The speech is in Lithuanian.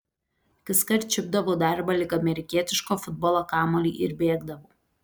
kaskart čiupdavau darbą lyg amerikietiško futbolo kamuolį ir bėgdavau